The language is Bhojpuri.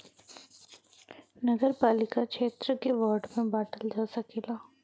नगरपालिका क्षेत्र के वार्ड में बांटल जा सकला